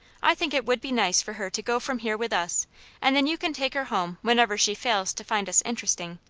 i think it would be nice for her to go from here with us and then you can take her home whenever she fails to find us interesting.